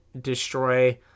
destroy